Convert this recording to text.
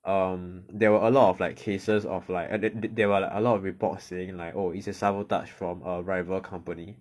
um there were a lot of like cases of like they were like a lot of reports saying like oh it's a sabotage from a rival company